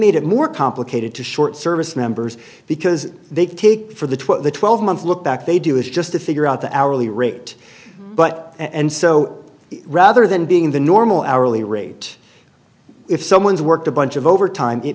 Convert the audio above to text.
made it more complicated to short service members because they take for the twelve the twelve month look back they do is just to figure out the hourly rate but and so rather than being in the normal hourly rate if someone's worked a bunch of overtime it